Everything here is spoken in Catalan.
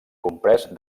comprès